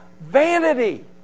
vanity